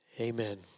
Amen